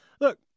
Look